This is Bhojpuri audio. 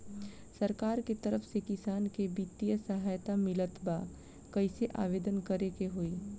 सरकार के तरफ से किसान के बितिय सहायता मिलत बा कइसे आवेदन करे के होई?